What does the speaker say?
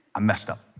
ah messed up.